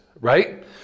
right